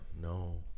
No